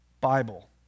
Bible